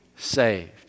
saved